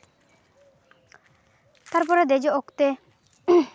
ᱛᱟᱨᱯᱚᱨᱮ ᱫᱮᱡᱚᱜ ᱚᱠᱛᱮ